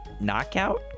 knockout